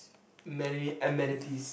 many amenities